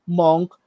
monk